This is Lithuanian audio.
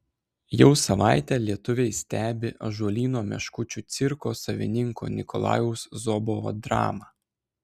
jau savaitę lietuviai stebi ąžuolyno meškučių cirko savininko nikolajaus zobovo dramą